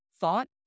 Thought